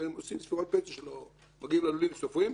הם מגיעים ללול וסופרים.